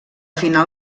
final